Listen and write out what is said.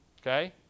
okay